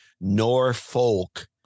Norfolk